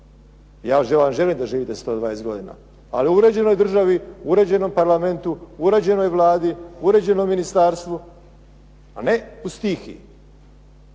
vam želim da živite 120 godina, ali u uređenoj državi, uređenom parlamentu, uređenoj vladi, uređenom ministarstvu, a ne u stihiju.